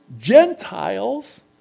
Gentiles